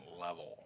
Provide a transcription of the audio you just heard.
level